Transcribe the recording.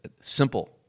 Simple